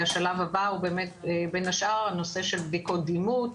השלב הבא הוא באמת בין השאר הנושא של בדיקות דימות,